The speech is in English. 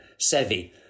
Sevi